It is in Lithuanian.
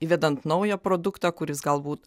įvedant naują produktą kuris galbūt